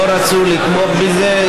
לא רצו לתמוך בזה.